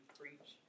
preach